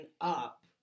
up